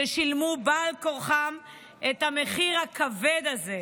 ששילמו בעל כורחם את המחיר הכבד הזה.